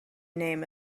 name